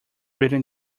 reading